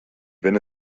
wenn